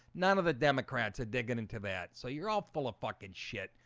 none of the democrats are digging into that so you're all full of fucking shit.